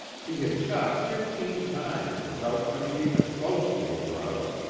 he had shot fifteen times without coming even close to a grouse,